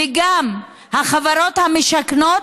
וגם החברות המשכנות,